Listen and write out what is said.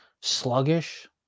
sluggish